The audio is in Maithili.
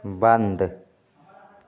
बंद